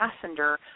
passenger